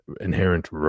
inherent